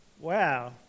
wow